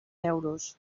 euros